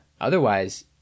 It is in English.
Otherwise